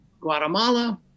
Guatemala